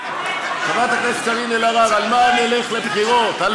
אתה רוצה שאני אמנה את כל הדברים?